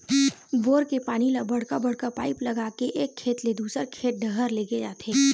bore के पानी ल बड़का बड़का पाइप लगा के एक खेत ले दूसर खेत डहर लेगे जाथे